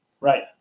right